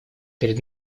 перед